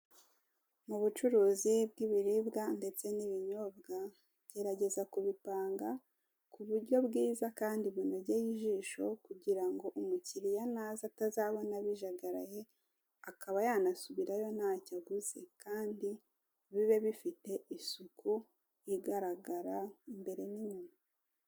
Mu bucuruzi bw'ibiribwa ndetse n'ibinyobwa, gerageza kubipanga ku buryo bwiza kandi binogeye ijisho, kugira ngo umukiriya naza atazabona bijagaraye, akaba yanasubirayo ntacyo aguze. Kandi bibe bifite isuku igaragara imbere n'inyuma.